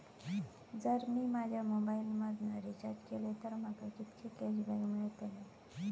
जर मी माझ्या मोबाईल मधन रिचार्ज केलय तर माका कितके कॅशबॅक मेळतले?